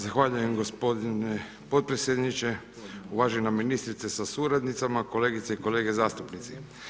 Zahvaljujem gospodine podpredsjedniče, uvažena ministrice sa suradnicama, kolegice i kolege zastupnici.